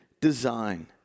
design